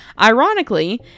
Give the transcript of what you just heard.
Ironically